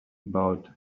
about